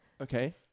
Okay